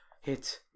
hit